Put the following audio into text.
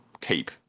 keep